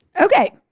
Okay